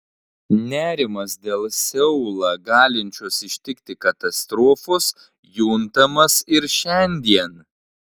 nerimas dėl seulą galinčios ištikti katastrofos juntamas ir šiandien